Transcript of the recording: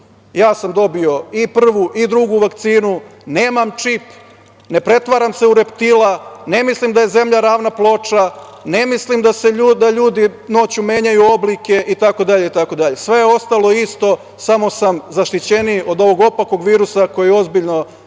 Ja sam dobio i prvu i drugu vakcinu, nemam čip, ne pretvaram se u reptila, ne mislim da je zemlja ravna ploča, ne mislim da ljudi noću menjaju oblike itd. Sve je ostalo isto, samo sam zaštićeniji od ovog opakog virusa koji ozbiljno